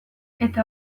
eta